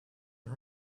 and